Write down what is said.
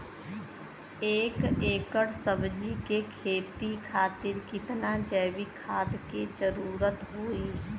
एक एकड़ सब्जी के खेती खातिर कितना जैविक खाद के जरूरत होई?